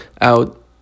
out